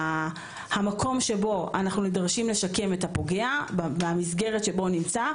המקום שבו אנחנו נדרשים לשקם את הפוגע במסגרת שבה הוא נמצא